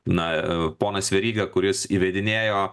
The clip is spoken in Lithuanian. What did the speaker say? na ponas veryga kuris įvedinėjo